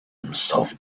himself